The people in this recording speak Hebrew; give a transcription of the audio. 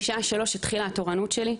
בשעה 15:00 התחילה התורנות שלי.